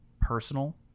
personal